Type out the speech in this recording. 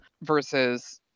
versus